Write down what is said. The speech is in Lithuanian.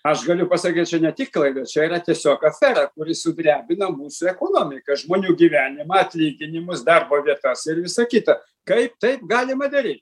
aš galiu pasakyt ne tik klaida čia yra tiesiog afera kuri sudrebina mūsų ekonomiką žmonių gyvenimą atlyginimus darbo vietas ir visa kita kaip taip galima daryt